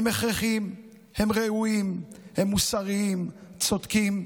הם הכרחיים, הם ראויים, הם מוסריים וצודקים,